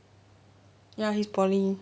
ya he's poly